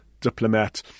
diplomat